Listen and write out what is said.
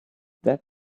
dead